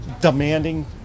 demanding